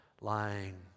lying